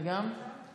אני גם?